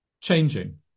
changing